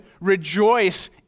rejoice